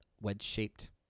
wedge-shaped